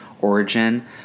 origin